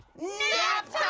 nap